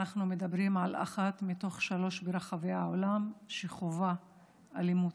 אנחנו מדברים על אחת מתוך שלוש ברחבי העולם שחווה אלימות.